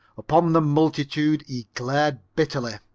upon the multitude he glared bitterly.